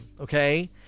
Okay